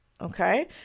okay